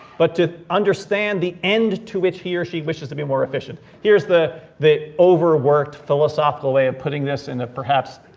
but to understand the end to which he or she wishes to be more efficient. here's the the overworked philosophical way of putting this in a perhaps,